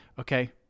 Okay